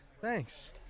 thanks